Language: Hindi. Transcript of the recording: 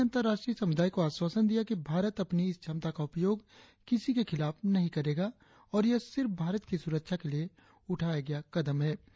उन्होंने अंतर्राष्ट्रीय समुदाय को आश्वासन दिया कि भारत अपनी इस क्षमता का उपयोग किसी के खिलाफ नहीं करेगा और यह सिर्फ भारत की सुरक्षा के लिए उठाया गया कदम है